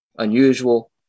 unusual